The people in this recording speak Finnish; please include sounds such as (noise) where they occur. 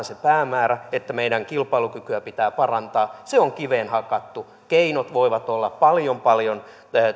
(unintelligible) se päämäärä että meidän kilpailukykyämme pitää parantaa on kiveen hakattu keinot voivat olla paljon paljon